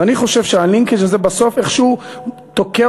אז אני חושב שהלינקג' הזה בסוף איכשהו תוקע